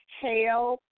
hail